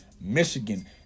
Michigan